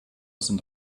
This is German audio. sind